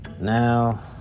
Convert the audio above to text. Now